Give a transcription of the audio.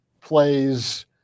plays